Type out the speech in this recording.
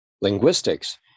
Linguistics